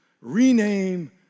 rename